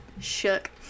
shook